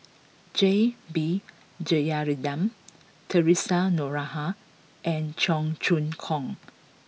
J B Jeyaretnam Theresa Noronha and Cheong Choong Kong